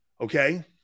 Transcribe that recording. Okay